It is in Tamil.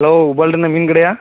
ஹலோ உபால்டு அண்ணன் மீன் கடையா